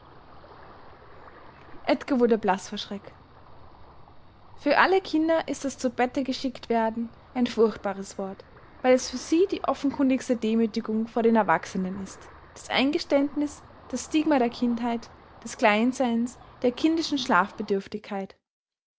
edgar wurde blaß vor schreck für alle kinder ist das zu bette geschickt werden ein furchtbares wort weil es für sie die offenkundigste demütigung vor den erwachsenen ist das eingeständnis das stigma der kindheit des kleinseins der kindischen